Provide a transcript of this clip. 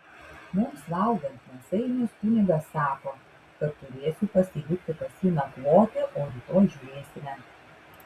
mums valgant mėsainius kunigas sako kad turėsiu pasilikti pas jį nakvoti o rytoj žiūrėsime